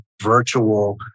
virtual